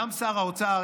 גם שר האוצר,